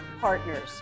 partners